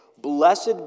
Blessed